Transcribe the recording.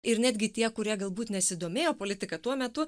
ir netgi tie kurie galbūt nesidomėjo politika tuo metu